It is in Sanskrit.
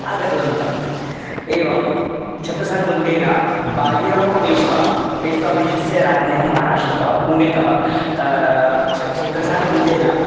आगतवन्तः एवं छत्रसालबुन्देला बाजिराव्पेश्वा पेष्वावंशस्य राज्ञः महाराष्ट्रतः पुणेतः त छ छेत्रसालबुन्देला